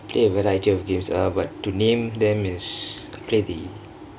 I play a variety of games ah but to name them as clearly